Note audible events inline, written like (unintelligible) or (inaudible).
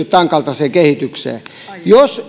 (unintelligible) tämänkaltaiseen kehitykseen jos